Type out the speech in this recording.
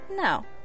No